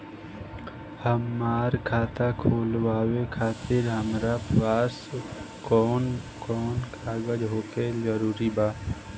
हमार खाता खोलवावे खातिर हमरा पास कऊन कऊन कागज होखल जरूरी बा?